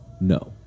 No